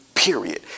Period